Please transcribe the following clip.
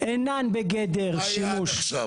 אינן בגדר שימוש --- מה היה עד עכשיו?